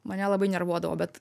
mane labai nervuodavo bet